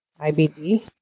IBD